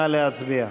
נא להצביע.